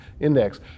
Index